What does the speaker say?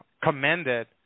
commended